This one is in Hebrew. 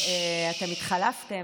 אתם התחלפתם,